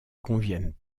conviennent